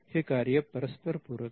हे कार्य परस्पर पूरक आहे